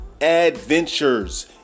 adventures